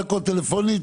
לדיון